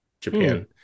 Japan